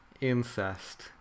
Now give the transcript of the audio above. incest